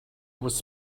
was